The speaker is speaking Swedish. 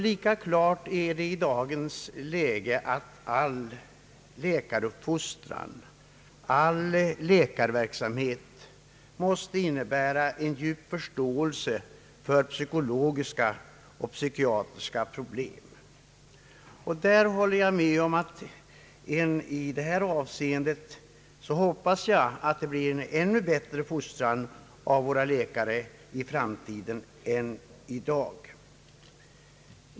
Lika klart är det i dagens läge att all läkaruppfostran, all läkarverksamhet måste kräva djup förståelse för psykologiska och psykiatriska problem. I detta avseende hoppas jag att det blir en ännu bättre fostran av våra läkare i framtiden än i dag.